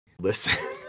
listen